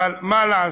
אבל מה לעשות,